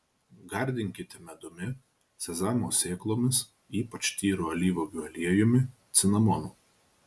gardinkite medumi sezamo sėklomis ypač tyru alyvuogių aliejumi cinamonu